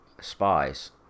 Spies